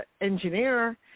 engineer